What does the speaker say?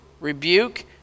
rebuke